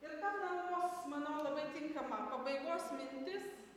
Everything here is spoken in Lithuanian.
ir ta kalbos manau labai tinkama pabaigos mintis